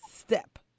step